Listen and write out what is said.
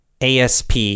ASP